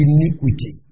Iniquity